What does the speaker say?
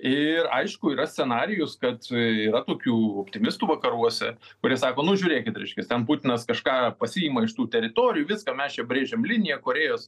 ir aišku yra scenarijus kad yra tokių optimistų vakaruose kurie sako nu žiūrėkit reiškias ten putinas kažką pasiima iš tų teritorijų viską mes čia brėžiam liniją korėjos